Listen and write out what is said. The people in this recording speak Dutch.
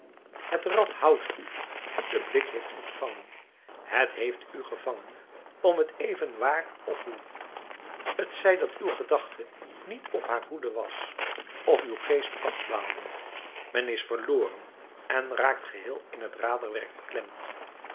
het rad houdt u de blik heeft u gevangen het heeft u gevangen om t even waar of hoe t zij dat uw gedachte niet op haar hoede was of uw geest afdwaalde men is verloren en raakt geheel in t raderwerk beklemd